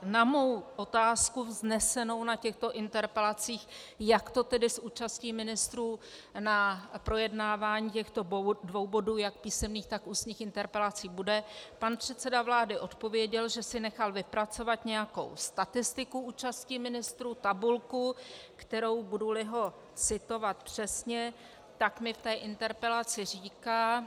Na mou otázku vznesenou na těchto interpelacích, jak to tedy s účastí ministrů na projednávání těchto dvou bodů, jak písemných, tak ústních interpelací, bude, pan předseda vlády odpověděl, že si nechal vypracovat nějakou statistiku účasti ministrů, tabulku, kterou buduli ho citovat přesně, tak mi v té interpelaci říká: